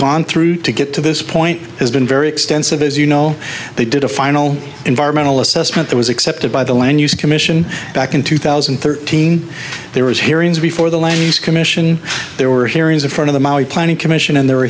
gone through to get to this point has been very extensive as you know they did a final environmental assessment that was accepted by the land use commission back in two thousand and thirteen there was hearings before the land commission there were hearings in front of the planning commission and the